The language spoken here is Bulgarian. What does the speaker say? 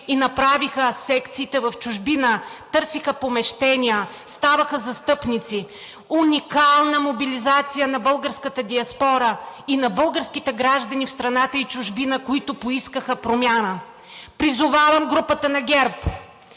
и направиха секциите в чужбина, търсиха помещения, ставаха застъпници. Уникална мобилизация на българската диаспора и на българските граждани в страната и чужбина, които поискаха промяна. Призовавам групата на ГЕРБ